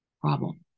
problem